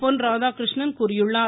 பொன்ராதாகிருஷ்ணன் கூறியுள்ளார்